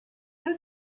who